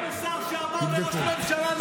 היה פה שר שאמר על ראש ממשלה "נבל".